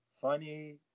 funny